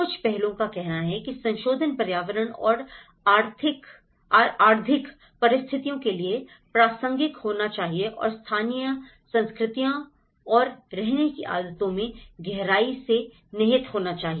कुछ पहलुओं का कहना है कि संशोधन पर्यावरण और आर्थिक परिस्थितियों के लिए प्रासंगिक होना चाहिए और स्थानीय संस्कृतियों और रहने की आदतों में गहराई से निहित होना चाहिए